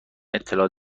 اطلاع